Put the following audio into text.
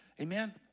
Amen